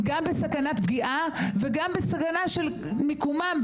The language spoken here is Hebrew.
גם בסכנת פגיעה וגם בסכנה של מיקומן,